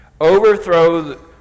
Overthrow